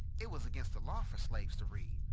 it was against the law for slaves to read,